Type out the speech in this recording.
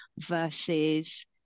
versus